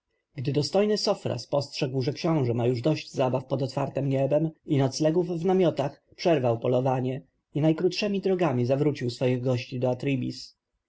gdy dostojny sofra spostrzegł że książę ma już dość zabaw pod otwartem niebem i noclegów w namiotach przerwał polowanie i najkrótszemi drogami zawrócił swoich gości